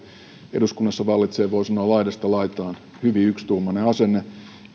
eduskunnassa vallitsee voi sanoa laidasta laitaan hyvin yksituumainen asenne